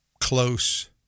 close